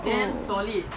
then solid oh